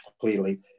clearly